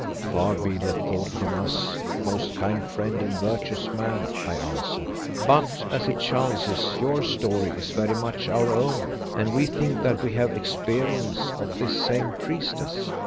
far be the thought from us, most kind friend and virtuous man, i answered. but, as it chances, your story is very much our own, and we think that we have experience of this same priestess.